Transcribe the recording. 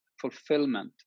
fulfillment